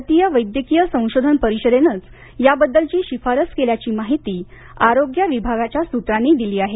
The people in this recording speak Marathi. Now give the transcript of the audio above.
भारतीय वैद्यकीय संशोधन परिषदेनंच याबद्दलची शिफारस केल्याची माहिती आरोग्य विभागाच्या सूत्रांनी दिली आहे